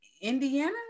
indiana